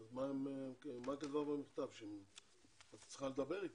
אז באמת אנחנו מברכים אותך על כך, דוד.